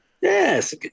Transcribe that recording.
Yes